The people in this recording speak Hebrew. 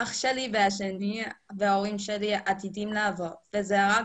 אח שלי השני וההורים שלי עתידים לבוא וזה רק